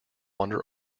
wander